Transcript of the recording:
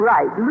Right